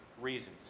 reasons